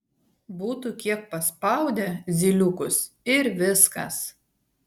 būtų kiek paspaudę zyliukus ir viskas